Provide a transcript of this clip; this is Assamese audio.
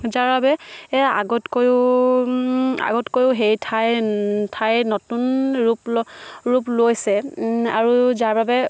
যাৰ বাবে আগতকৈও সেই ঠাই নতুন ৰূপ লৈছে আৰু যাৰ বাবে